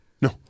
No